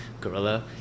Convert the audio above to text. gorilla